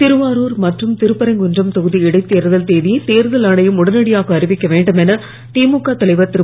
திருவாரூர் மற்றும் திருப்பரங்குன்றம் தொகுதி இடைத் தேர்தல் தேதியை தேர்தல் ஆணையம் உடனடியாக அறிவிக்க வேண்டும் என திமுக தலைவர் திரு